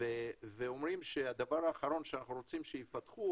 ואומרים שהדבר האחרון שרוצים שיפתחו,